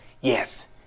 Yes